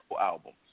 albums